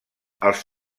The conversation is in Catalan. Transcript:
els